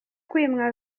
kwimwa